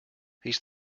he’s